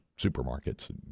supermarkets